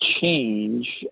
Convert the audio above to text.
change